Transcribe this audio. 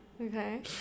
Okay